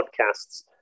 podcasts